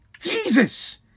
Jesus